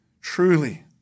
Truly